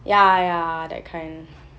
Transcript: ya ya that kind